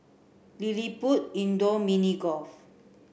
LilliPutt Indoor Mini Golf